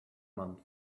month